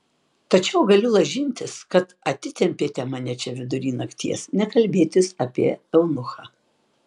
tačiau galiu lažintis kad atitempėte mane čia vidury nakties ne kalbėtis apie eunuchą